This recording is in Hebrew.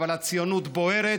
אבל הציונות בוערת.